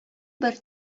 бер